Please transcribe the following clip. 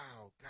wow